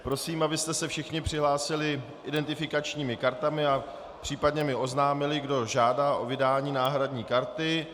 Prosím, abyste se všichni přihlásili identifikačními kartami a případně mi oznámili, kdo žádá o vydání náhradní karty.